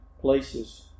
places